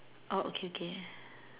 oh okay okay